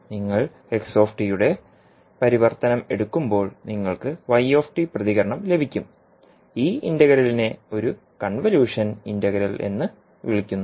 നിങ്ങൾ യുടെ പരിവർത്തനമെടുക്കുമ്പോൾ നിങ്ങൾക്ക് പ്രതികരണം ലഭിക്കും ഈ ഇന്റഗ്രലിനെ ഒരു കൺവല്യൂഷൻ ഇന്റഗ്രൽ എന്ന് വിളിക്കുന്നു